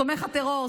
תומך הטרור.